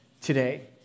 today